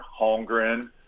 Holmgren